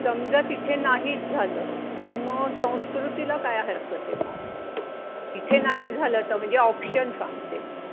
समजा तिथे नाहीच झालं तर मग संस्कृतीला काय हरकत आहे मग तिथे नाही झालं तर म्हणजे ऑप्शन सांगते मी